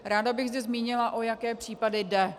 Ráda bych zde zmínila, o jaké případy jde.